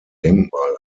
denkmal